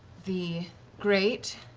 the great,